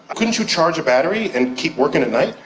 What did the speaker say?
ah couldn't you charge a battery and keep working at night?